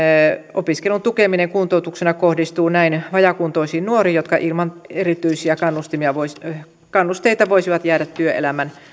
opiskelun tukeminen kuntoutuksena kohdistuu näin vajaakuntoisiin nuoriin jotka ilman erityisiä kannusteita voisivat jäädä työelämän